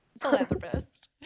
Philanthropist